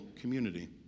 community